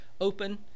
open